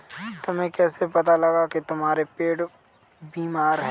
तुम्हें कैसे पता लगा की तुम्हारा पेड़ बीमार है?